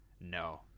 no